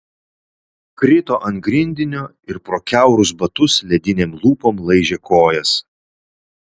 krito ant grindinio ir pro kiaurus batus ledinėm lūpom laižė kojas